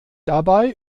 dabei